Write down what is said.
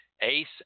ace